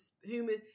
human